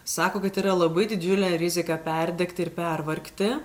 sako kad yra labai didžiulė rizika perdegti ir pervargti